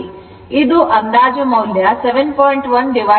ಇದು ಅಂದಾಜು ಮೌಲ್ಯ 7